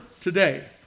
today